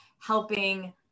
helping